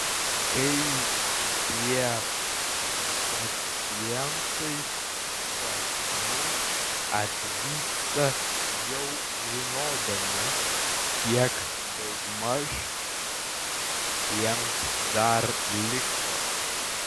kai kurie pacientai pas mus atvyksta jau žinodami kiek daugmaž jiems dar liko